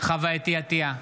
חוה אתי עטייה,